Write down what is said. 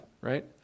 Right